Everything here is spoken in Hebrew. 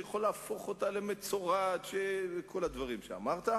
שיכול להפוך אותה למצורעת וכל הדברים שאמרת,